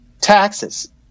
taxes